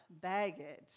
baggage